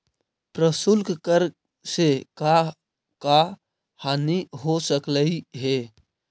प्रशुल्क कर से का का हानि हो सकलई हे